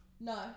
No